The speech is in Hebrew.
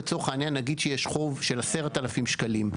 לצורך העניין נגיד שיש חוב של 10,000 שקלים.